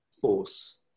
force